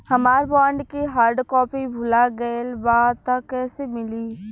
हमार बॉन्ड के hard copy भुला गएलबा त कैसे मिली?